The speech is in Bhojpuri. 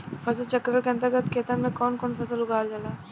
फसल चक्रण के अंतर्गत खेतन में कवन कवन फसल उगावल जाला?